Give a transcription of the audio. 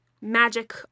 magic